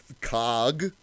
cog